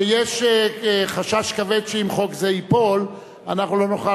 שיש חשש כבד שאם חוק זה ייפול אנחנו לא נוכל